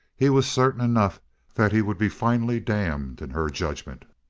he was certain enough that he would be finally damned in her judgment.